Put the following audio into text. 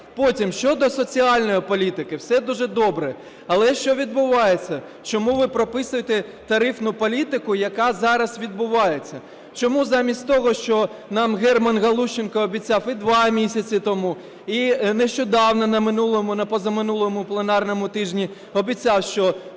Потім, щодо соціальної політики. Все дуже добре, але що відбувається, чому ви прописуєте тарифну політику, яка зараз відбувається? Чому, замість того що нам Герман Галущенко обіцяв і два місяці тому, і нещодавно, на минулому, на позаминулому пленарному тижні обіцяв, що